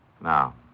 Now